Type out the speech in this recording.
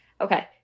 Okay